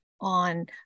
on